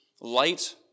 light